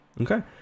okay